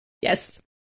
Yes